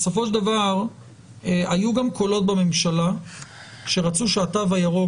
בסופו של דבר היו גם קולות בממשלה שרצו שהתו הירוק